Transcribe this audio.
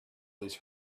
these